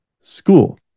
school